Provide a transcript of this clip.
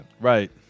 Right